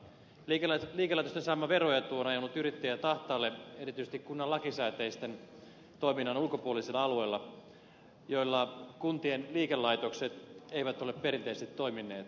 liikelaitosten saama veroetu on ajanut yrittäjät ahtaalle erityisesti kunnan lakisääteisen toiminnan ulkopuolisilla alueilla joilla kuntien liikelaitokset eivät ole perinteisesti toimineet